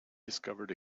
discovered